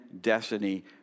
destiny